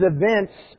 events